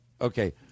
Okay